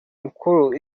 mukuru